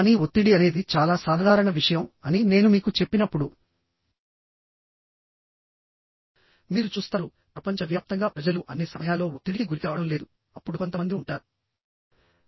కానీ ఒత్తిడి అనేది చాలా సాధారణ విషయం అని నేను మీకు చెప్పినప్పుడు మీరు చూస్తారు ప్రపంచవ్యాప్తంగా ప్రజలు అన్ని సమయాల్లో ఒత్తిడికి గురికావడం లేదు అప్పుడు కొంతమంది ఉంటారు